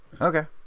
Okay